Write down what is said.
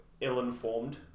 ill-informed